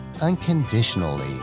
unconditionally